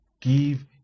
Give